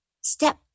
Step